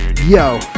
Yo